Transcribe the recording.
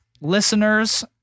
Listeners